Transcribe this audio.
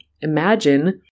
imagine